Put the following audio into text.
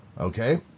Okay